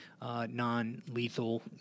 non-lethal